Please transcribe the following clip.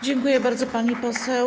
Dziękuję bardzo, pani poseł.